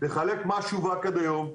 תחלק מה שווק עד היום,